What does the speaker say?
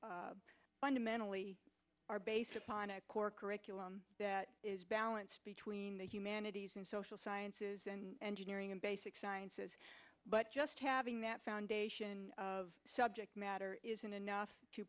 have fundamentally are based upon a core curriculum that is balance between manatees and social sciences and engineering and basic sciences but just having that foundation of subject matter isn't enough to